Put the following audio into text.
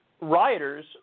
rioters